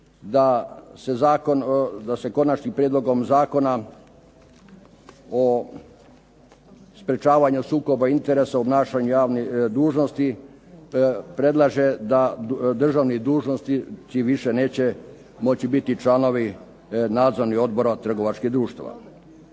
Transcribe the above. da se Konačnim prijedlogom zakona o sprečavanju sukoba interesa u obnašanju javnih dužnosti predlaže da državni dužnosnici više neće moći biti članovi nadzornih odbora trgovačkih društava.